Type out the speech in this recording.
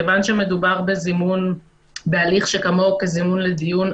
כיוון שמדובר בהליך שכמוהו בזימון לדיון,